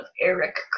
Eric